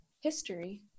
History